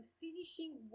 finishing